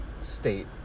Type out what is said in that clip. state